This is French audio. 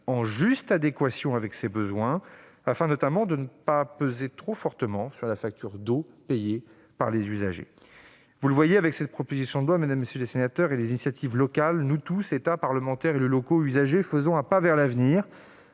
en adéquation avec ses besoins, afin notamment de ne pas peser trop fortement sur la facture d'eau payée par les usagers. Vous le voyez, avec cette proposition de loi et les initiatives locales, nous tous, État, parlementaires, élus locaux, usagers, faisons un pas vers l'avenir.